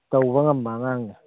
ꯇꯧꯕ ꯉꯝꯕ ꯑꯉꯥꯡꯅꯤ